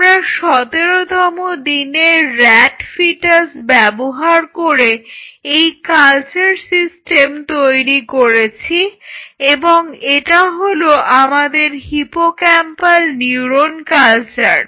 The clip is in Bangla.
আমরা 17 তম দিনের rat ফিটাস ব্যবহার করে এই কালচার সিস্টেম তৈরি করেছি এবং এটা হলো আমাদের হিপোক্যাম্পাল নিউরন কালচার